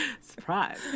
Surprise